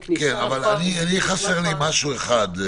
חסר לי משהו אחד: